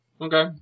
Okay